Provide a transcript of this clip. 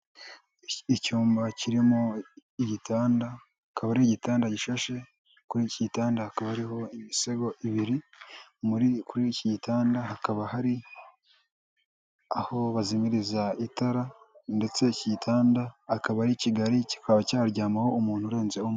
Icyumba kirimo igitanda, akaba ari igitanda gishashe, kuri iki gitanda hakaba hariho imisego ibiri, kuri iki gitanda hakaba hari aho bazimiriza itara, ndetse ikigitanda kikaba ari kigari, kikaba cyaryamaho umuntu urenze umwe.